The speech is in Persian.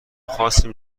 خواستیم